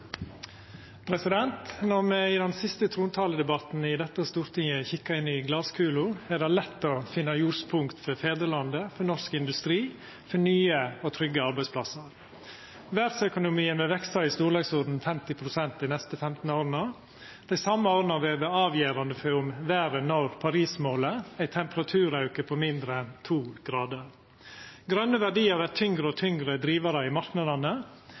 det lett å finna ljospunkt for fedrelandet, for norsk industri, for nye og trygge arbeidsplassar. Verdsøkonomien vil veksa om lag 50 pst. dei neste 15 åra. Dei same åra vil verta avgjerande for om verda når Paris-målet, ein temperaturauke på mindre enn 2 grader. Grøne verdiar er tyngre og tyngre drivarar i marknadene,